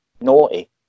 naughty